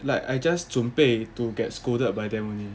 like I just 准备 to get scolded by them only